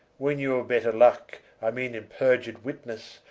weene you of better lucke, i meane in periur'd witnesse,